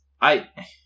I-